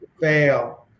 fail